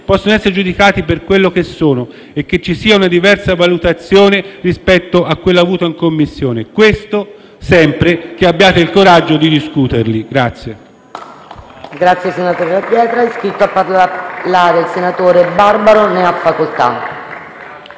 possano essere giudicati per quello che sono e che ci sia una diversa valutazione rispetto a quella avuta in Commissione. Questo sempre che abbiate il coraggio di discuterli.